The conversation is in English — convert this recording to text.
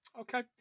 Okay